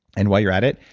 and while you're at it,